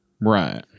Right